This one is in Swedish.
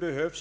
Bestämmelserna